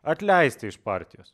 atleisti iš partijos